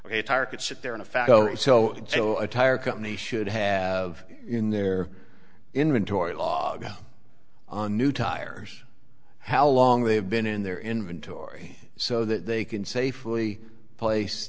a tire could sit there in fact so a tire company should have in their inventory log on new tires how long they have been in their inventory so that they can safely place